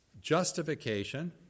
justification